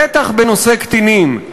בטח בנושא קטינים,